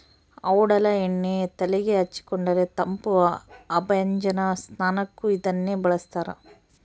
ಔಡಲ ಎಣ್ಣೆ ತೆಲೆಗೆ ಹಚ್ಚಿಕೊಂಡರೆ ತಂಪು ಅಭ್ಯಂಜನ ಸ್ನಾನಕ್ಕೂ ಇದನ್ನೇ ಬಳಸ್ತಾರ